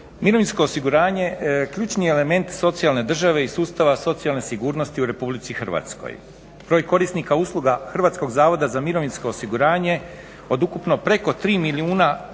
Mirovinsko osiguranje ključni je element socijalne države i sustava socijalne sigurnosti u Republici Hrvatskoj. Broj korisnika usluga Hrvatskog Zavoda za mirovinsko osiguranje od ukupno preko 3 milijuna